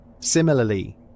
Similarly